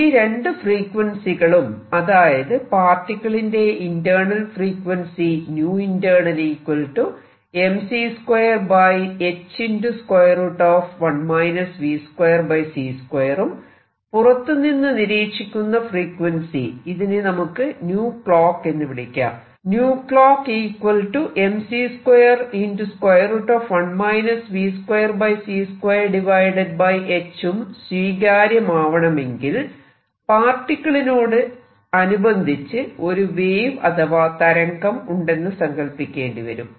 ഈ രണ്ടു ഫ്രീക്വൻസികളും അതായത് പാർട്ടിക്കിളിന്റെ internal frequency internal mc2h1 v2c2 ഉം പുറത്തുനിന്നും നിരീക്ഷിക്കുന്ന ഫ്രീക്വൻസി ഇതിനെ നമുക്ക് clock എന്ന് വിളിക്കാം clock mc21 v2c2h ഉം സ്വീകാര്യമാവണമെങ്കിൽ പാർട്ടിക്കിളിനോടനുബന്ധിച്ച് ഒരു വേവ് അഥവാ തരംഗം ഉണ്ടെന്നു സങ്കൽപ്പിക്കേണ്ടിവരും